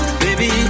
baby